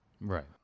Right